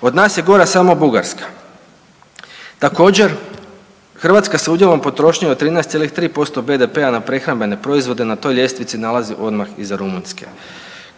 Od nas je gora samo Bugarska. Također, Hrvatska se udjelom potrošnje od 13,3% BDP-a na prehrambene proizvode na toj ljestvici nalazi odmah iz Rumunjske